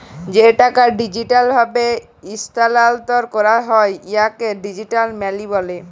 যে টাকা ডিজিটাল ভাবে ইস্থালাল্তর ক্যরা যায় উয়াকে ডিজিটাল মালি ব্যলে